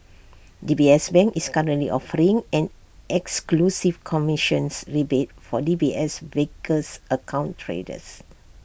D B S bank is currently offering an exclusive commissions rebate for D B S Vickers account traders